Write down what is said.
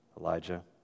Elijah